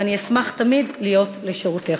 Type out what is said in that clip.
ואני אשמח תמיד להיות לשירותך.